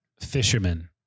fisherman